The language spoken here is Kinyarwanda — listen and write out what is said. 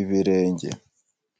ibirenge.